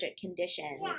conditions